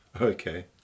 Okay